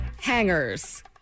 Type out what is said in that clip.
Hangers